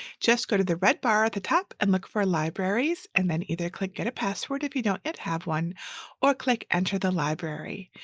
just go to the red bar at the top and look for libraries and then either click get a password if you don't yet have one or click enter the library.